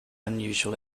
unusual